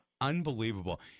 Unbelievable